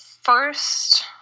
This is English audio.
first